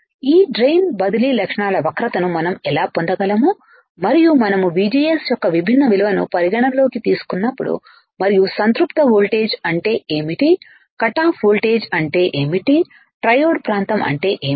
ఈ డ్రైన్ బదిలీ లక్షణాల వక్రతను మనం ఎలా పొందగలం మరియు మనం VGSయొక్క విభిన్న విలువను పరిగణనలోకి తీసుకున్నప్పుడుమరియు సంతృప్త వోల్టేజ్ అంటే ఏమిటి కట్ ఆఫ్ వోల్టేజీ అంటే ఏమిటి ట్రయోడ్ ప్రాంతం ఏమిటి